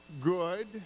good